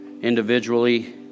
individually